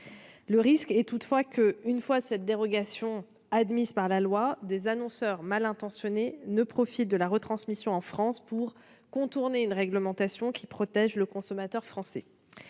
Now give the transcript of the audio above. un risque que, une fois cette dérogation admise par la loi, des annonceurs malintentionnés ne profitent de la retransmission en France pour contourner une réglementation qui protège le consommateur français.